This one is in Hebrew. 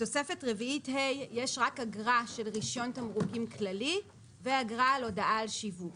בתוספת 4(ה) יש רק אגרה של רישיון תמרוקים כללי ואגרה על הודעה על שיווק